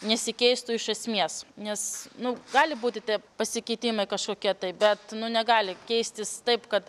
nesikeistų iš esmės nes nu gali būti taip pasikeitimai kažkokie tai bet nu negali keistis taip kad